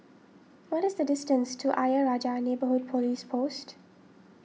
what is the distance to Ayer Rajah Neighbourhood Police Post